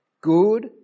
Good